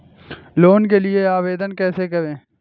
Loan के लिए आवेदन कैसे करें?